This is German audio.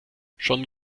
schon